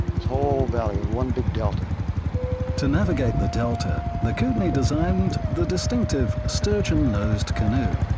this whole valley one big delta to navigate the delta, the kootenai designed the distinctive sturgeon-nosed canoe.